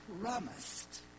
promised